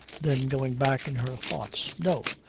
then going back in her thoughts. no!